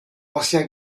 ancien